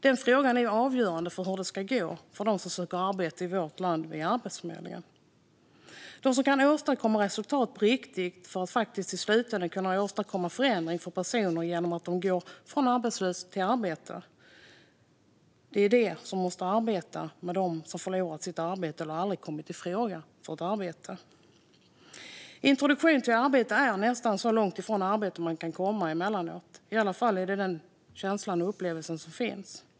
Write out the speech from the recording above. Den frågan är avgörande för hur det ska gå för dem som söker arbete i vårt land via Arbetsförmedlingen. Det är de som kan åstadkomma resultat på riktigt - och faktiskt i slutänden kan åstadkomma förändring för personer genom att dessa går från arbetslöshet till arbete - som måste arbeta med dem som förlorat sitt arbete eller aldrig kommit i fråga för arbete. Introduktion till arbete är nästan så långt från arbete man kan komma emellanåt. I alla fall är detta den känsla och upplevelse som finns.